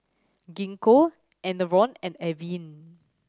Gingko Enervon and Avene